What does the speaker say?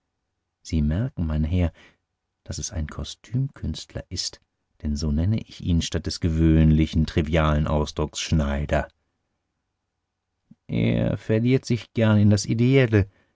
sie merken mein herr daß es ein kostümkünstler ist denn so nenne ich ihn statt des gewöhnlichen trivialen ausdrucks schneider er verliert sich gern in das ideelle